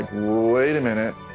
wait a minute.